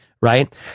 right